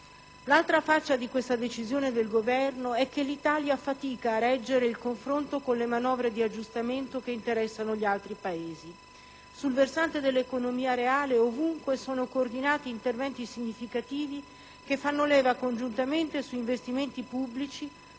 L'altra faccia di questa decisione del Governo è che l'Italia fatica a reggere il confronto con le manovre di aggiustamento che interessano gli altri Paesi. Sul versante dell'economia reale, ovunque sono coordinati interventi significativi che fanno leva congiuntamente su investimenti pubblici,